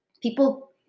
People